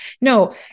no